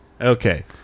Okay